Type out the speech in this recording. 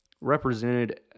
represented